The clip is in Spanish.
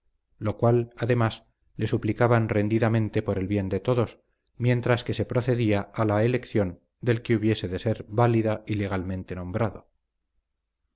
lo cual además le suplicaban rendidamente por el bien de todos mientras que se procedía a la elección del que hubiese de ser válida y legalmente nombrado